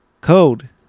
code